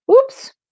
oops